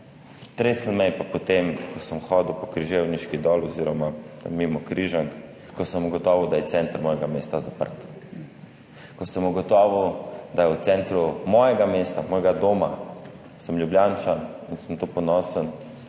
je pa, potem ko sem hodil po Križevniški dol oziroma mimo Križank, ko sem ugotovil, da je center mojega mesta zaprt. Ko sem ugotovil, da v centru svojega mesta, svojega doma, sem Ljubljančan in sem na to ponosen,